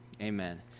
amen